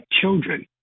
children